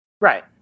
Right